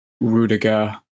Rudiger